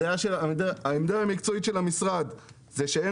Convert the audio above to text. העמדה המקצועית של המשרד היא שאין